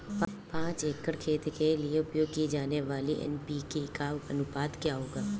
पाँच एकड़ खेत के लिए उपयोग की जाने वाली एन.पी.के का अनुपात क्या है?